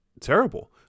terrible